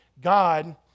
God